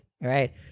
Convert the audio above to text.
Right